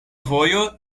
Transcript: vojo